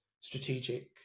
strategic